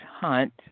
Hunt